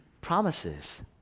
promises